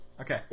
Okay